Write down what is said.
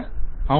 client అవును